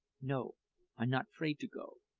no, i not fraid to go.